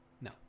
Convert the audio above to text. No